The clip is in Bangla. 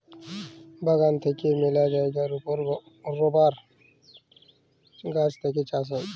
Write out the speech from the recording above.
বাগান থেক্যে মেলা জায়গার ওপর রাবার গাছ থেক্যে চাষ হ্যয়